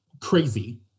crazy